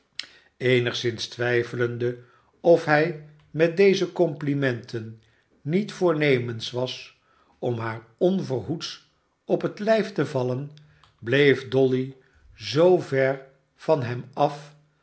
eenigszins twijfelende of hij met deze complimenten niet voornemens was om haar onverhoeds op het lijf te vallen bleef dolly zoo ver van hem af